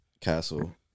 Castle